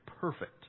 perfect